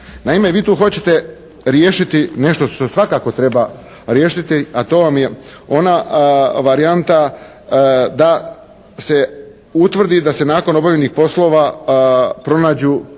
Naime, vi tu hoćete riješiti nešto što svakako treba riješiti, a to vam je ona varijanta da se utvrdi da se nakon obavljenih poslova pronađu